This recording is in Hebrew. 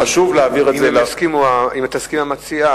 אבל אם תסכים המציעה,